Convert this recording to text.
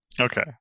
Okay